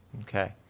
Okay